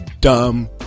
dumb